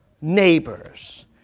neighbors